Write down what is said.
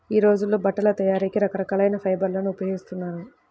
యీ రోజుల్లో బట్టల తయారీకి రకరకాల ఫైబర్లను ఉపయోగిస్తున్నారు